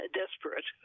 desperate